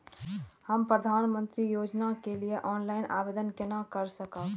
हम प्रधानमंत्री योजना के लिए ऑनलाइन आवेदन केना कर सकब?